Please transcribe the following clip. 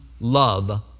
love